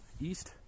east